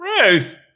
Ruth